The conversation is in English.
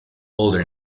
older